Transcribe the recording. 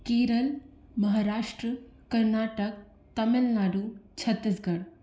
Kerala Maharashtra Karnataka Tamil Nadu Chhattisgarh